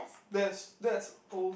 that's that's also